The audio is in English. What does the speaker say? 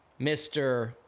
Mr